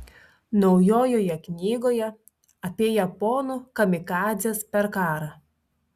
naujoje knygoje apie japonų kamikadzes per karą